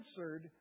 answered